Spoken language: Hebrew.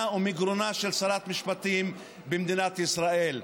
או מגרונה של שרת משפטים במדינת ישראל.